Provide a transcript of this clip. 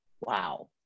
wow